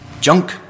junk